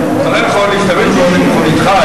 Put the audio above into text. להשתמש במכוניתך,